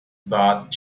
but